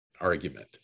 argument